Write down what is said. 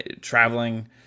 traveling